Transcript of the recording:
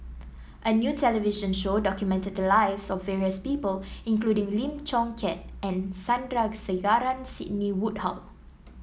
a new television show documented the lives of various people including Lim Chong Keat and Sandrasegaran Sidney Woodhull